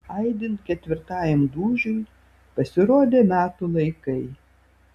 aidint ketvirtajam dūžiui pasirodė metų laikai